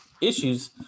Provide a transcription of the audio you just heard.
issues